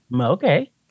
okay